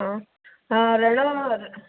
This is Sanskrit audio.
हा हा ऋण